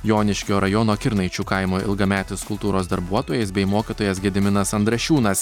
joniškio rajono kirnaičių kaimo ilgametis kultūros darbuotojais bei mokytojas gediminas andrašiūnas